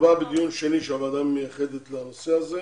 מדובר בדיון שני שהוועדה מייחדת לנושא הזה.